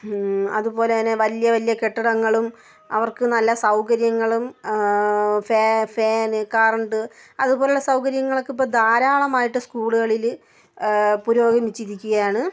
അതുപോലെ തന്നെ വലിയ വലിയ കെട്ടിടങ്ങളും അവർക്ക് നല്ല സൗകര്യങ്ങളും ഫേ ഫാന് കറണ്ട് അതുപോലുള്ള സൗകര്യങ്ങളൊക്കെ ഇപ്പോൾ ധാരളമായിട്ട് സ്കൂളുകളിൽ പുരോഗമിച്ചിരിക്കുകയാണ്